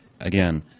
Again